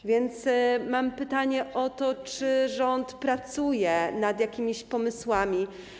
A więc mam pytanie o to, czy rząd pracuje nad jakimiś pomysłami.